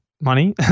money